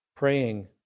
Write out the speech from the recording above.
Praying